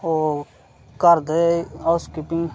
ओह् घर दे हाउस कीपिंग